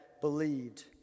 believed